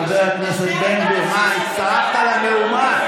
חבר הכנסת בן גביר, מה, הצטרפת למהומה?